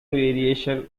variation